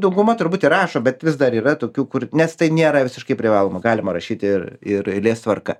dauguma turbūt įrašo bet vis dar yra tokių kur nes tai nėra visiškai privaloma galima rašyti ir ir eilės tvarka